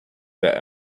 that